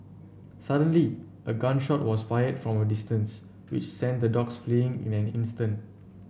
suddenly a gun shot was fired from distance which sent the dogs fleeing in an instant